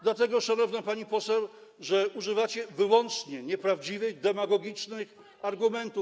Dlatego, szanowna pani poseł, że używacie wyłącznie nieprawdziwych, demagogicznych argumentów.